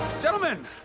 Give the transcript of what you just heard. Gentlemen